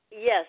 Yes